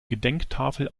gedenktafel